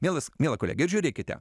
mielas miela kolege ir žiūrėkite